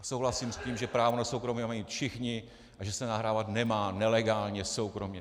Souhlasím s tím, že právo na soukromí mají všichni a že se nahrávat nemá nelegálně, v soukromí.